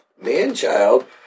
Man-child